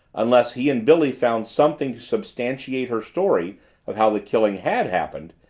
unless he and billy found something to substantiate her story of how the killing had happened,